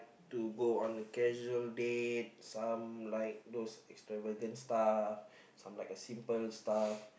to go on casual dates some like those extravagant stuff some like a simple stuff